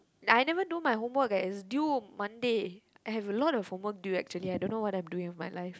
like I haven't do my homework eh it's due Monday I have a lot of homework do actually I don't know what I'm doing in my life